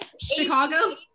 Chicago